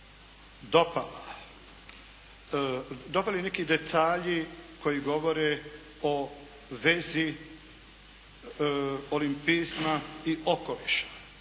dopala, dopali neki detalji koji govore o vezi olimpizma i okoliša.